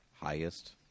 Highest